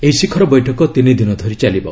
ଏହି ଶିଖର ବୈଠକ ତିନିଦିନ ଧରି ଚାଲିବ